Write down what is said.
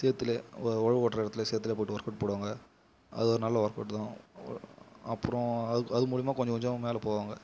சேற்றிலே உழவு ஓட்டுற இடத்துலே சேற்றிலே போட்டு ஒர்க்அவுட் போடுவாங்க அது ஒரு நல்ல ஒர்க்அவுட்டு தான் அப்புறம் அதுக்கு அது மூலியமா கொஞ்சம் கொஞ்சம் மேலே போவாங்க